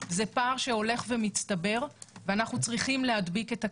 הפער הולך ומצטבר ואנחנו צריכים להדביק את התקציב.